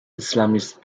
islamist